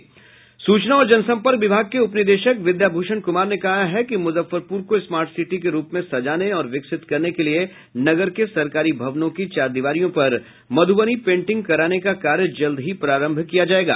सूचना और जनसंपर्क विभाग के उपनिदेशक विद्याभूषण कुमार ने कहा है कि मुजफ्फरपुर को स्मार्ट सिटी के रूप में सजाने और विकसित करने के लिए नगर के सरकारी भवनों की चहारदीवारियों पर मधुबनी पेंटिंग कराने का कार्य जल्द ही प्रारंभ किया जायेगा